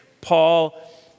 Paul